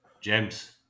James